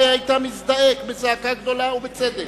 היית מזדעק בזעקה גדולה ובצדק.